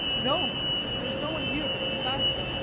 no there is no one here but miss asta.